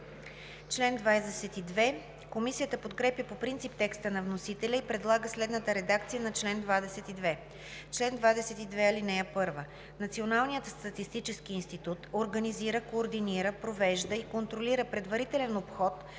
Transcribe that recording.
Комисията подкрепя по принцип текста на вносителя и предлага следната редакция на чл. 22: „Чл. 22. (1) Националният статистически институт организира, координира, провежда и контролира предварителен обход за събиране